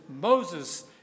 Moses